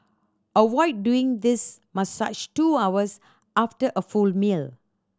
avoid doing this massage two hours after a full meal